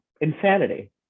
Insanity